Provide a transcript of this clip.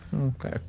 Okay